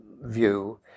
view